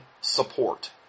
support